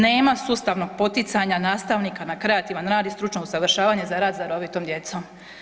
Nema sustavnog poticanja nastavnika na kreativan rad i stručno usavršavanje za rad sa darovitom djecom.